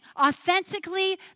Authentically